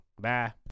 Bye